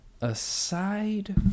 aside